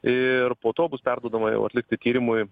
ir po to bus perduodama jau atlikti tyrimui